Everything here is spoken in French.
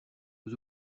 aux